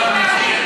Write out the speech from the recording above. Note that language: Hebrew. אנחנו מנסים להבין,